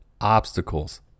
Obstacles